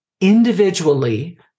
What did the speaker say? individually